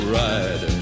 ride